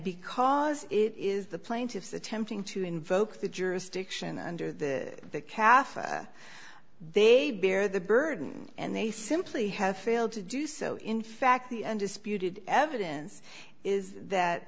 because it is the plaintiffs attempting to invoke the jurisdiction under the calf they bear the burden and they simply have failed to do so in fact the undisputed evidence is that